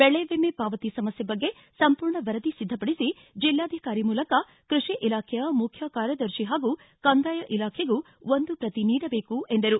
ಬೆಳೆವಿಮೆ ಪಾವತಿ ಸಮಸ್ಟೆ ಬಗ್ಗೆ ಸಂಪೂರ್ಣ ವಿವರ ಸಿದ್ದಪಡಿು ಜಿಲ್ಲಾಧಿಕಾರಿ ಮೂಲಕ ಕೃಷಿ ಇಲಾಖೆ ಮುಖ್ಯ ಕಾರ್ಯದರ್ಶಿ ಹಾಗೂ ಕಂದಾಯ ಇಲಾಖೆಗೂ ಒಂದು ಶ್ರತಿ ನೀಡಬೇಕು ಎಂದರು